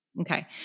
Okay